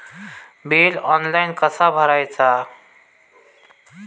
Bill online कसा भरायचा?